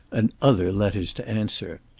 and other letters to answer.